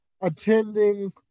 attending